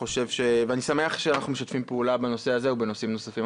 -- ואני שמח שאנחנו משתפים פעולה בנושא הזה ובנושאים נוספים.